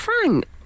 Frank